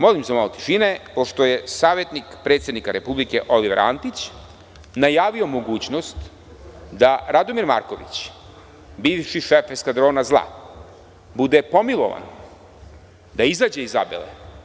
Molim za malo tišine, pošto je savetnik predsednika Republike Oliver Antić najavio mogućnost da Rade Marković, bivši šef eskadrona zla, bude pomilovan, a izađe iz Zabele.